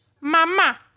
Mama